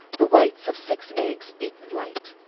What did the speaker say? the whites of six eggs, beaten light,